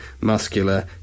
muscular